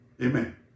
Amen